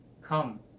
come